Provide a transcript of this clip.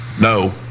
No